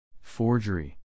Forgery